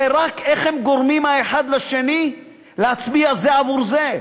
זה רק איך הם גורמים אחד לשני להצביע זה עבור זה.